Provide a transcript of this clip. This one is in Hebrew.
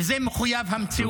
וזה מחויב המציאות.